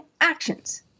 actions